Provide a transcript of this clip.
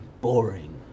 boring